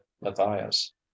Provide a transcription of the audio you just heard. matthias